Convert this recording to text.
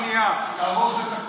ואל תשכח את זה,